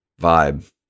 vibe